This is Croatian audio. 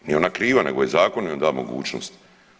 Nije ona kriva nego je zakon joj da mogućnost.